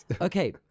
Okay